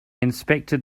inspected